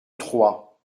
trois